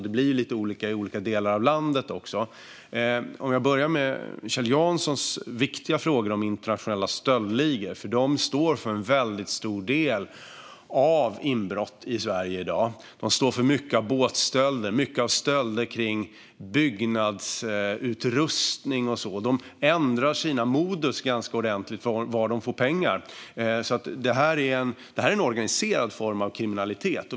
Det blir också lite olika i olika delar av landet. Jag börjar med Kjell Janssons viktiga frågor om internationella stöldligor, för de står för en väldigt stor del av inbrotten i Sverige i dag. De står för mycket av båtstölderna, och de står för mycket av stölder av byggnadsutrustning och så vidare - de ändrar modus ganska ordentligt utifrån var de får pengar. Det är alltså en organiserad form av kriminalitet.